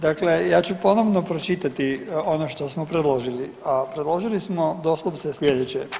Dakle, ja ću ponovno pročitati ono što smo predložili, a predložili smo doslovce slijedeće.